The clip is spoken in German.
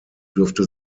dürfte